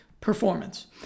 performance